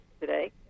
today